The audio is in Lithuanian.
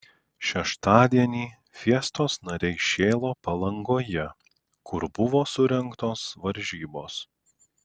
šeštadienį fiestos nariai šėlo palangoje kur buvo surengtos varžybos